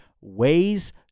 ways